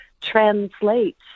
translate